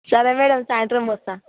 సరే మ్యాడమ్ సాయంత్రం వస్తాను